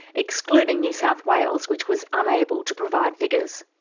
excluding new south wales which was unable to provide figures.